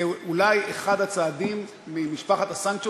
זה אולי אחד הצעדים ממשפחת הסנקציות